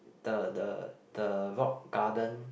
the the the rock garden